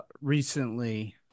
recently